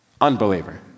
unbeliever